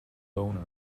boner